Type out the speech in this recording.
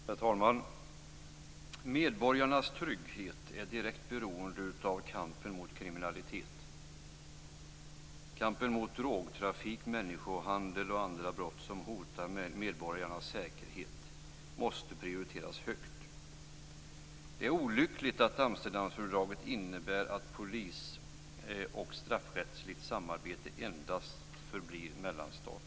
Herr talman! Medborgarnas trygghet är direkt beroende av kampen mot kriminalitet. Kampen mot drogtrafik, människohandel och andra brott som hotar medborgarnas säkerhet måste prioriteras högt. Det är olyckligt att Amsterdamfördraget innebär att polis och straffrättsligt samarbete endast förblir mellanstatligt.